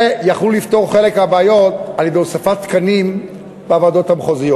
ויכלו לפתור חלק מהבעיות על-ידי הוספת תקנים בוועדות המחוזיות.